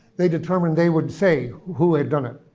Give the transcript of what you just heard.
they determined they would say who had done it.